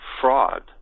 fraud